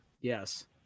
Yes